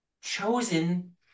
chosen